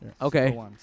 Okay